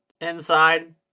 inside